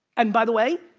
and by the way,